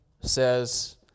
says